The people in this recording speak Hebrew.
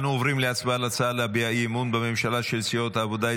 אנו עוברים להצבעה על הצעה להביע אי-אמון בממשלה של סיעות העבודה,